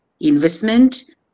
investment